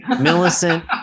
Millicent